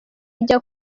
ujya